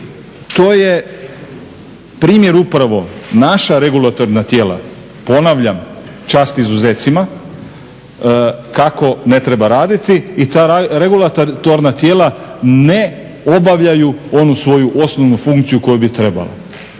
To je primjer upravo naša regulatorna tijela, ponavljam čast izuzecima kako ne treba raditi i ta regulatorna tijela ne obavljaju onu svoju osnovnu funkciju koju bi trebalo.